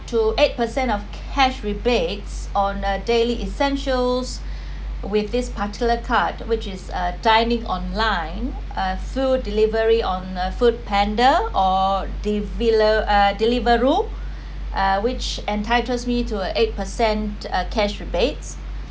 to eight percent of cash rebates on a daily essentials with this particular card which is uh dining online uh food delivery on a Foodpanda or develer~ uh Deliveroo uh which entitles me to a eight percent uh cash rebates